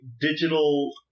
digital